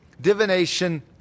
divination